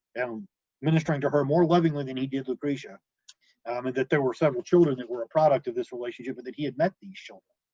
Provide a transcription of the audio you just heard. and um ministering to her more lovingly than he did lucretia, and that there were several children that were a product of this relationship, and that he had met these children.